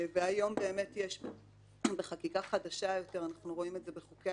היום אכן יש בחקיקה חדשה יותר אנחנו רואים את זה בחוקי